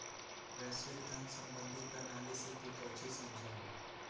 वैश्विक धन सम्बंधी प्रणाली से तू काउची समझा हुँ?